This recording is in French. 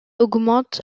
augmente